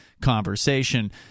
conversation